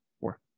Four